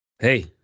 Hey